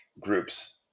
groups